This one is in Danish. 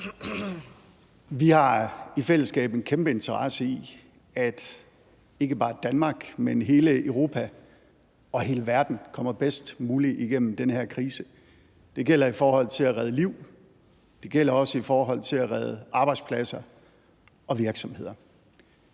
Vi har i fællesskab en kæmpe interesse i, at ikke bare Danmark, men hele Europa og hele verden kommer bedst muligt igennem den her krise. Det gælder i forhold til at redde liv, og det gælder også i forhold til at redde arbejdspladser og virksomheder.